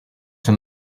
from